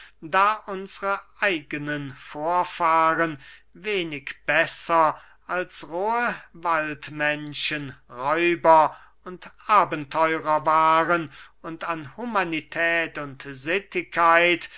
da unsre eignen vorfahren wenig besser als rohe waldmenschen räuber und abenteurer waren und an humanität und